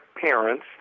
parents